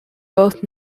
both